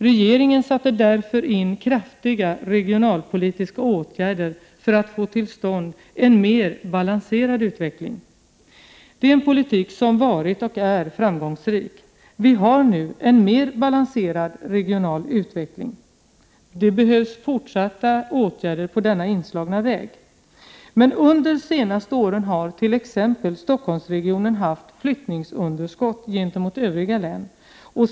Regeringen satte därför in kraftiga regionalpolitiska åtgärder för att få till stånd en mer balanserad utveckling. Det är en politik som varit och är framgångsrik. Vi har nu en mer balanserad regional utveckling. Det behövs fortsatta åtgärder på den inslagna vägen. Under det senaste året har t.ex. Stockholmsregionen haft flyttningsunderskott gentemot övriga län.